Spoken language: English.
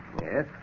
Yes